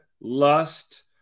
lust